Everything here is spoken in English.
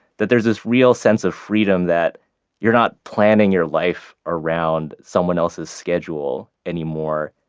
that there's this real sense of freedom that you're not planning your life around someone else's schedule anymore.